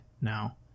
now